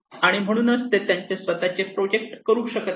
आणि म्हणून ते त्यांचे स्वतःचे प्रोजेक्ट करू शकत नाही